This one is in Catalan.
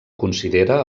considera